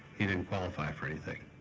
he didn't qualify for anything.